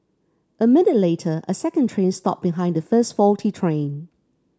a minute later a second train stopped behind the first faulty train